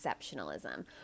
exceptionalism